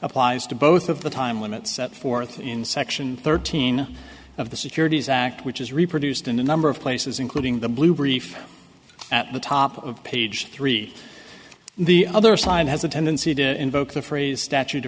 applies to both of the time limits set forth in section thirteen of the securities act which is reproduced in a number of places including the blue brief at the top of page three the other side has a tendency to invoke the phrase statute